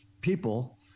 people